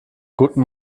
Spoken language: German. guten